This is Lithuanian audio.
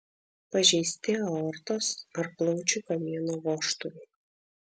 pažeisti aortos ar plaučių kamieno vožtuvai